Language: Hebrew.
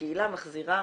והקהילה מחזירה